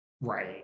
Right